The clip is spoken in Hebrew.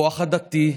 הכוח הדתי,